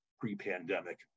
pre-pandemic